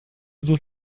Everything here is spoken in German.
such